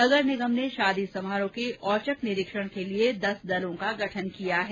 नगर निगम ने शादी समारोह के औचक निरीक्षण के लिए दस दलों का गठन किया है